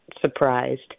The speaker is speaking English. surprised